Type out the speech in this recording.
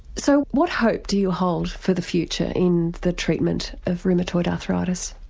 so what hope do you hold for the future in the treatment of rheumatoid arthritis?